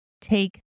Take